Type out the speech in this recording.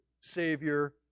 Savior